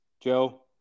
Joe